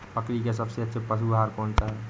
बकरी का सबसे अच्छा पशु आहार कौन सा है?